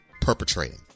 Perpetrating